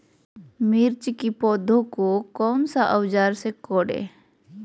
मिर्च की पौधे को कौन सा औजार से कोरे?